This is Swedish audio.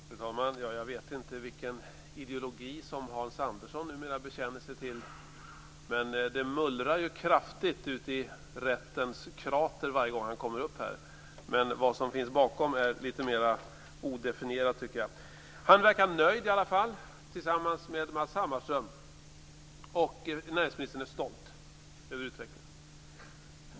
Fru talman! Jag vet inte vilken ideologi som Hans Andersson numera bekänner sig till, men det mullrar kraftigt uti rättens krater varje gång han kommer upp i talarstolen. Vad som finns bakom är lite mer odefinierat, tycker jag. Han verkar, tillsammans med Matz Hammarström, i alla fall nöjd, och näringsministern är stolt över utvecklingen.